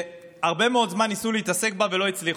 ושהרבה מאוד זמן ניסו להתעסק בה ולא הצליחו,